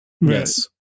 Yes